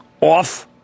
off